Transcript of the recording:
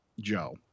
Joe